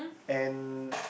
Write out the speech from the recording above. and